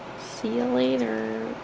see you later